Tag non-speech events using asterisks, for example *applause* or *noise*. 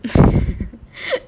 *laughs*